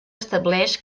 estableix